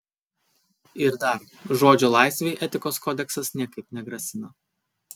ir dar žodžio laisvei etikos kodeksas niekaip negrasina